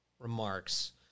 remarks